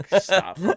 stop